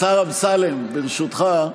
השר אמסלם, ברשותך,